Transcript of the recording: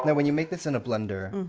when you make this in a blender,